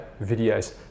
videos